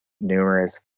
numerous